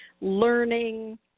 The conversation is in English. learning